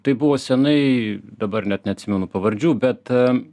tai buvo senai dabar net neatsimenu pavardžių bet